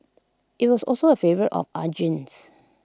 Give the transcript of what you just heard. IT was also A favourite of Arjun's